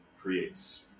creates